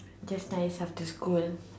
just nice after school